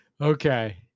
Okay